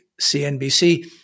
CNBC